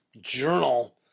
journal